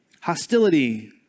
hostility